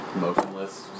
motionless